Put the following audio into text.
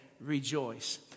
rejoice